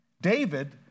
David